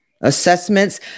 Assessments